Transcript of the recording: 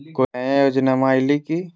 कोइ नया योजनामा आइले की?